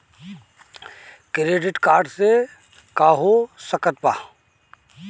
Credit card से का हो सकइत बा?